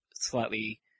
slightly